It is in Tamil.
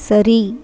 சரி